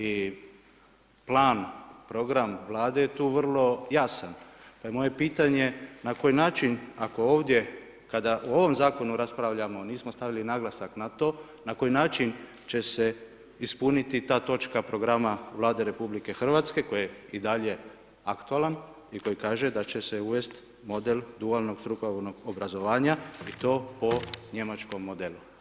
I plan, program Vlade je tu vrlo jasan pa je moje pitanje na koji način ako ovdje, kada o ovom zakonu raspravljamo nismo stavili naglasak na to, na koji način će se ispuniti ta točka programa Vlade Republike Hrvatske koji je i dalje aktualan i koji kaže da će se uvesti model dualnog strukovnog obrazovanja i to po njemačkom modelu.